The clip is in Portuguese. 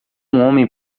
homem